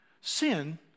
Sin